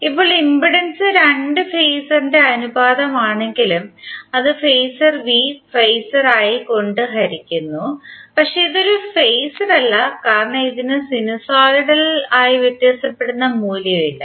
ഇപ്പോൾ ഇംപെഡൻസ് രണ്ട് ഫെയ്സറിന്റെ അനുപാതമാണെങ്കിലും അതായത് ഫെയ്സർ വി ഫെയ്സർ I കൊണ്ട് ഹരിക്കുന്നു പക്ഷേ ഇത് ഒരു ഫെയ്സറല്ല കാരണം ഇതിന് സിനുസോയ്ഡൽ ആയി വ്യത്യാസപ്പെടുന്ന മൂല്യം ഇല്ല